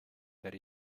that